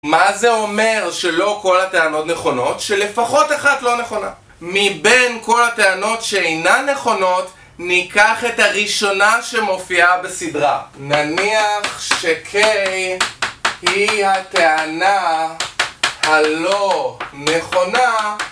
מה זה אומר שלא כל הטענות נכונות? שלפחות אחת לא נכונה. מבין כל הטענות שאינן נכונות ניקח את הראשונה שמופיעה בסדרה. נניח ש-K היא הטענה הלא נכונה